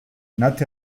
not